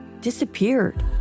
disappeared